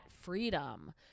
freedom